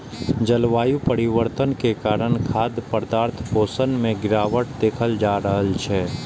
जलवायु परिवर्तन के कारण खाद्य पदार्थक पोषण मे गिरावट देखल जा रहल छै